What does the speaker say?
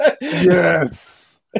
yes